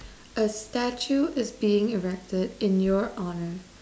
a statue is being erected in your honour